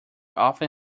often